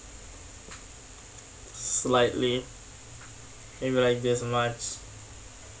slightly maybe like this much